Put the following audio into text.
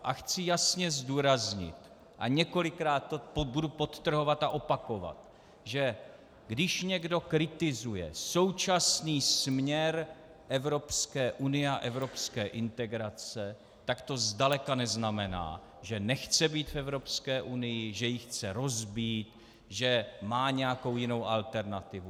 A chci jasně zdůraznit a několikrát to budu podtrhovat a opakovat, že když někdo kritizuje současný směr Evropské unie a evropské integrace, tak to zdaleka neznamená, že nechce být v Evropské unii, že ji chce rozbít, že má nějakou jinou alternativu.